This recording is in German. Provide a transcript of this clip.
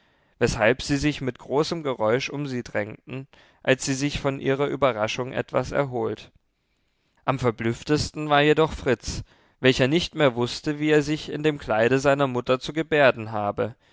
weshalb sie sich mit großem geräusch um sie drängten als sie sich von ihrer überraschung etwas erholt am verblüfftesten war jedoch fritz welcher nicht mehr wußte wie er sich in dem kleide seiner mutter zu gebärden habe